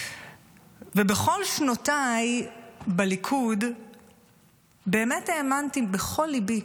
ובכל שנותיי בליכוד באמת האמנתי בכל ליבי